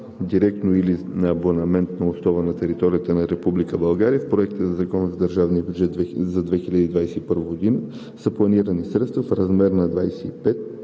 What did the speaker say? директно или на абонаментна основа на територията на Република България в Проекта на закон за държавния бюджет за 2021 г. са планирани средства в размер на 25 032